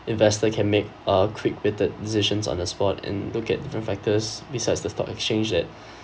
investor can make a quick witted decisions on the spot and look at different factors besides the stock exchange and